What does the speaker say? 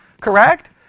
correct